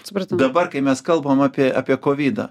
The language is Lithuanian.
suprasti dabar kai mes kalbame apie apie koridą